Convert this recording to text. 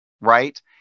right